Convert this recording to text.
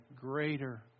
greater